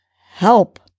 help